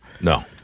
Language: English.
no